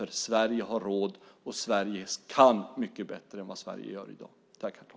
Sverige har råd, och Sverige kan mycket bättre än vad Sverige gör i dag.